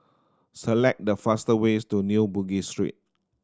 select the fast ways to New Bugis Street